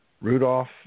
Rudolph